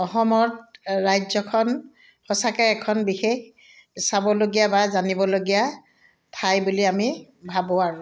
অসমত ৰাজ্যখন সঁচাকৈ এখন বিশেষ চাবলগীয়া বা জানিবলগীয়া ঠাই বুলি আমি ভাবোঁ আৰু